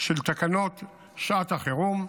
של תקנות שעת החירום.